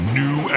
new